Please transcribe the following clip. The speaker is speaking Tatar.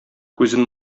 күзен